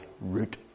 root